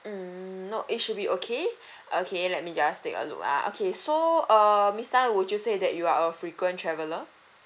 mm no it should be okay okay let me just take a look uh okay so err miss tan would you say that you are a frequent traveller